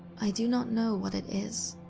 i do not know what it is,